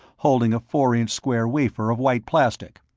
holding a four-inch-square wafer of white plastic.